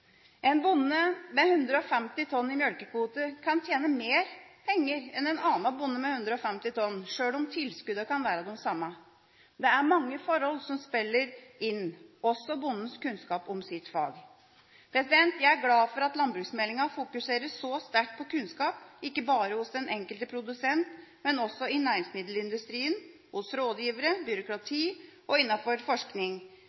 En bonde med 150 tonn i melkekvote kan tjene mer penger enn en annen bonde med 150 tonn, sjøl om tilskuddene kan være de samme. Det er mange forhold som spiller inn – også bondens kunnskap om sitt fag. Jeg er glad for at landbruksmeldinga fokuserer så sterkt på kunnskap, ikke bare hos den enkelte produsent, men også i næringsmiddelindustrien, hos rådgivere,